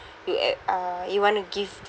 you a~ uh you want to give